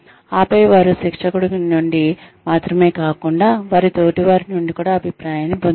ఆపై వారు శిక్షకుడి నుండి మాత్రమే కాకుండా వారి తోటివారి నుండి కూడా అభిప్రాయాన్ని పొందుతారు